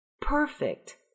Perfect